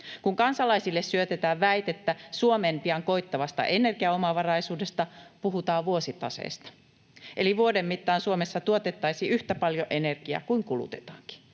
Kun kansalaisille syötetään väitettä Suomeen pian koittavasta energiaomavaraisuudesta, puhutaan vuositaseesta. Eli vuoden mittaan Suomessa tuotettaisiin yhtä paljon energiaa kuin kulutetaankin.